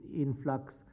influx